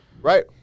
Right